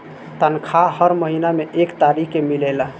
तनखाह हर महीना में एक तारीख के मिलेला